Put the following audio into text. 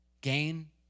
Gain